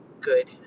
good